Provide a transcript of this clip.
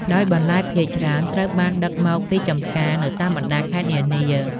ដោយបន្លែភាគច្រើនត្រូវបានដឹកមកពីចំការនៅតាមបណ្តាខេត្តនានា។